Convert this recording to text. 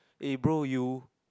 eh bro you